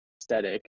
aesthetic